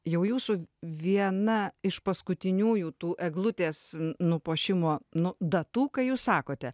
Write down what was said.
jau jūsų viena iš paskutiniųjų tų eglutės nupuošimo nu datų kai jūs sakote